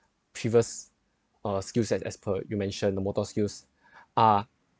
previous uh skills as as per you mention the motor skills are